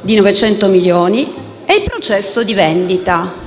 di 900 milioni di euro e il processo di vendita.